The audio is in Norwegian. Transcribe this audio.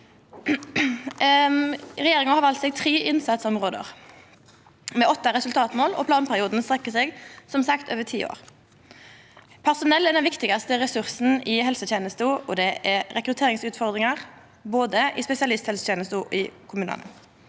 Regjeringa har valt seg tre innsatsområde med åtte resultatmål, og planperioden strekkjer seg, som sagt, over ti år. Personell er den viktigaste ressursen i helsetenesta, og det er rekrutteringsutfordringar både i spesialisthelsetenesta og i kommunane.